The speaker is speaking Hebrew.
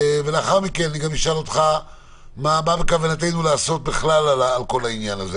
לאחר מכן אני גם אשאל אותך מה בכוונתנו לעשות בעניין הזה.